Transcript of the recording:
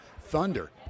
Thunder